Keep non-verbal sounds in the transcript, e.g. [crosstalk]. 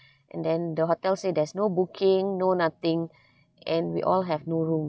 [breath] and then the hotel say there's no booking no nothing [breath] and we all have no rooms